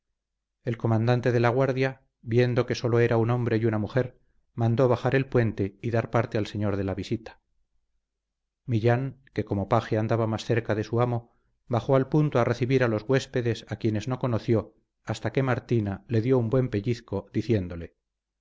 el comandante de la guardia viendo que sólo era un hombre y una mujer mandó bajar el puente y dar parte al señor de la visita millán que como paje andaba más cerca de su amo bajó al punto a recibir a los huéspedes a quienes no conoció hasta que martina le dio un buen pellizco diciéndole